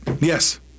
Yes